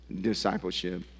discipleship